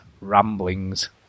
ramblings